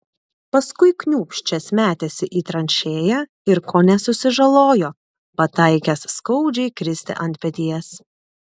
paskui kniūbsčias metėsi į tranšėją ir kone susižalojo pataikęs skaudžiai kristi ant peties